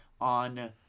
on